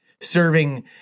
serving –